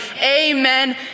amen